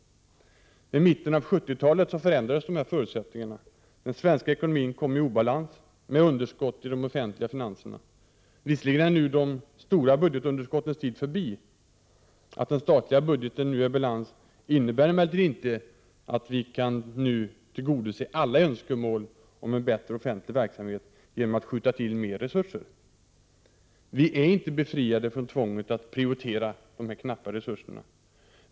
I mitten av 70-talet förändrades förutsättningarna. Den svenska ekonomin kom i obalans, med underskott i de offentliga finanserna. Visserligen är nu de stora budgetunderskottens tid förbi. Att den statliga budgeten nu är i balans innebär emellertid inte att vi nu kan tillgodose alla önskemål om en bättre offentlig verksamhet genom att skjuta till mer resurser. Vi är inte befriade från tvånget att prioritera med dessa knappa resurser.